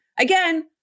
again